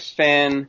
fan